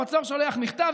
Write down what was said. הפצ"ר שולח מכתב,